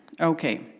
Okay